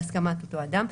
בהסכמת אותו אדם,